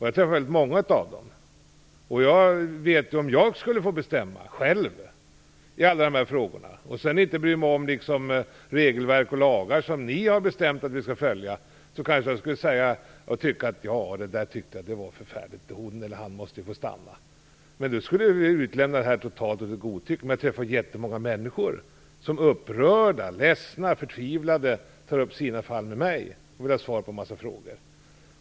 Jag träffar väldigt många av dem. Om jag skulle få bestämma själv i alla de här frågorna, utan att bry mig om regelverk och lagar som ni i riksdagen har bestämt att vi skall följa, kanske jag skulle säga: Ja, det där var förfärligt, och hon eller han måste få stanna. Men då skulle vi utlämna det här totalt åt mitt godtycke. Jag har träffat jättemånga människor som upprörda, ledsna och förtvivlade tar upp sina fall med mig och vill ha svar på en massa frågor.